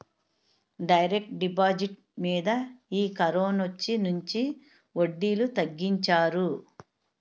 direct deposit మీద ఈ కరోనొచ్చినుంచి వడ్డీలు తగ్గించారు